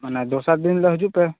ᱢᱟᱱᱮ ᱫᱚᱥᱟᱨ ᱫᱤᱱ ᱫᱚ ᱦᱤᱡᱩᱜ ᱯᱮ